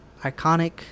iconic